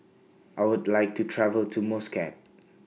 I Would like to travel to Muscat